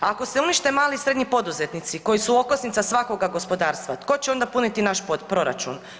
Ako se unište mali i srednji poduzetnici koji su okosnica svakoga gospodarstva tko će onda puniti naš proračun?